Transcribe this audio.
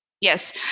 Yes